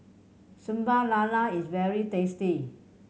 Sambal Lala is very tasty